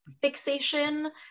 fixation